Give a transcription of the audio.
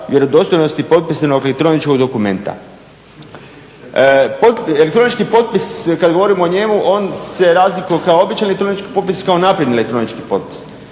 vjerodostojnosti potpisanog elektroničkog dokumenta. Elektronički potpis kad govorimo o njemu, on se razlikuje kao običan elektronički potpis i kao napredni elektronički potpis.